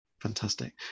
Fantastic